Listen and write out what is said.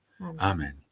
Amen